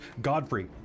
Godfrey